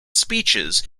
speeches